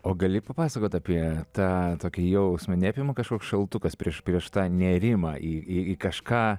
o gali papasakot apie tą tokį jausmą neapima kažkoks šaltukas prieš prieš tą nėrimą į į kažką